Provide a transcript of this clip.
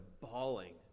bawling